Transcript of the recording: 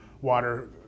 water